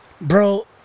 bro